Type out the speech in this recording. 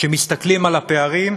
כשמסתכלים על הפערים,